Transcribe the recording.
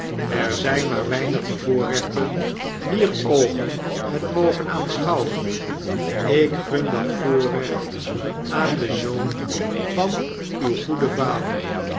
er zyn maar weinig bevoorrechten wier oogen het mogen aanschouwen ik gun dat voorrecht aan den zoon van uw goeden vader